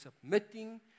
submitting